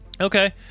okay